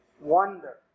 wonder